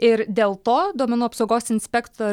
ir dėl to duomenų apsaugos inspekto